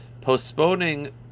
postponing